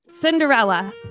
Cinderella